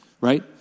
right